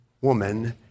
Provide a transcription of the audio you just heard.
woman